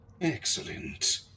Excellent